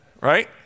Right